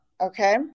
Okay